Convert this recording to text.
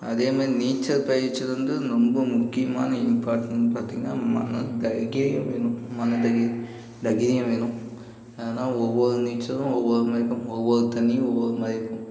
அதே மாதிரி நீச்சல் பயிற்சியில் வந்து ரொம்ப முக்கியமான இம்பார்டன்ட்னு பார்த்தீங்கன்னா மன தைரியம் வேணும் மன தகி தைரியம் வேணும் ஏன்னால் ஒவ்வொரு நீச்சலும் ஒவ்வொரு மாதிரி இருக்கும் ஒவ்வொரு தண்ணியும் ஒவ்வொரு மாதிரி இருக்கும்